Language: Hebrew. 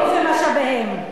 ומשאביהם.